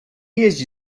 jeździ